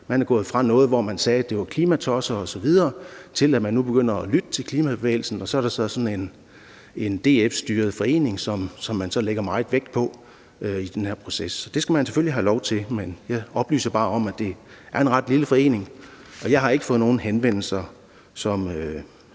Man er gået fra at sige, at det er klimatosser osv., til at man nu er begyndt at lytte til klimabevægelsen, og så er der så sådan en DF-styret forening, som man lægger meget vægt på i den her proces. Det skal man selvfølgelig have lov til, men jeg oplyser bare om, at det er en ret lille forening, og jeg har ikke fået nogen henvendelser som